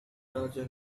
dodges